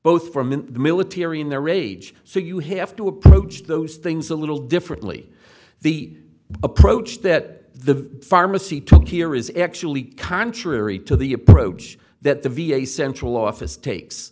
both from the military in their age so you have to approach those things a little differently the approach that the pharmacy took here is actually contrary to the approach that the v a central office takes